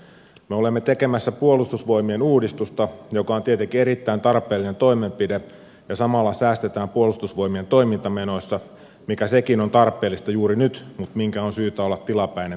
me olemme tekemässä puolustusvoimien uudistusta joka on tietenkin erittäin tarpeellinen toimenpide ja samalla säästetään puolustusvoimien toimintamenoissa mikä sekin on tarpeellista juuri nyt mutta sen on syytä olla tilapäinen toimenpide